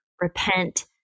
Repent